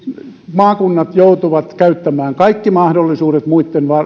maakunnat joutuvat käyttämään kaikki mahdollisuudet muitten